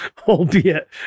albeit